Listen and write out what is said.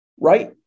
right